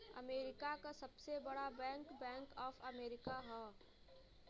America क सबसे बड़ा बैंक बैंक ऑफ अमेरिका हौ